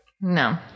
No